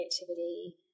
creativity